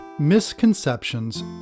Misconceptions